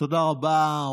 תודה רבה.